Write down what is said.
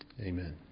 Amen